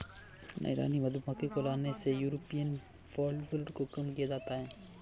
नई रानी मधुमक्खी को लाने से यूरोपियन फॉलब्रूड को कम किया जा सकता है